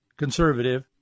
conservative